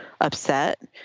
upset